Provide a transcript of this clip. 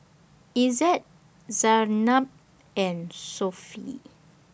Izzat Zaynab and Sofea